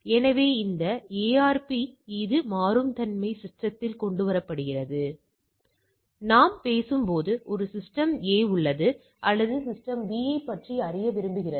எனவே பரவலானது பொதுவாக இப்படி நீண்ட வால்முனையைக் கொண்டதாக தெரிகிறது ஏனென்றால் நான் சொன்னதுபோல் இது நேர்மறை வளைவைக் கொண்டுள்ளது